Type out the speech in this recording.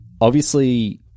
obviously-